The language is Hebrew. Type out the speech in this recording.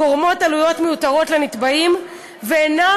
גורמות עלויות מיותרות לנתבעים ואינן